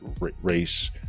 race